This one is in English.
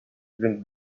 drink